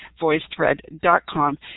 VoiceThread.com